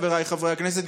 חבריי חברי הכנסת,